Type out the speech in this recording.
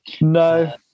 No